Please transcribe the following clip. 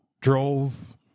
drove